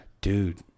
dude